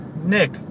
Nick